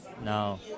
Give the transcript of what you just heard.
No